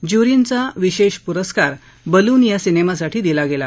ज्युरींचा विशेष पुरस्कार बलून या सिनेमासाठी दिला गेला